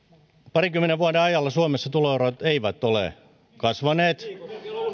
parinkymmenen vuoden ajalla suomessa tuloerot eivät ole kasvaneet